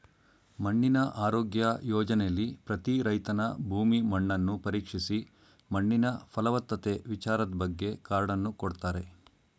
ಮಣ್ಣಿನ ಆರೋಗ್ಯ ಯೋಜನೆಲಿ ಪ್ರತಿ ರೈತನ ಭೂಮಿ ಮಣ್ಣನ್ನು ಪರೀಕ್ಷಿಸಿ ಮಣ್ಣಿನ ಫಲವತ್ತತೆ ವಿಚಾರದ್ಬಗ್ಗೆ ಕಾರ್ಡನ್ನು ಕೊಡ್ತಾರೆ